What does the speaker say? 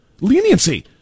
leniency